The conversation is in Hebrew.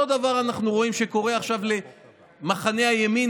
אותו דבר אנחנו רואים שקורה עכשיו למחנה הימין,